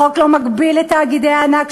החוק לא מגביל את תאגידי הענק,